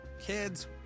Kids